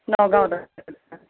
নগাঁৱত আছে